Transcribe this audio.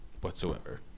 whatsoever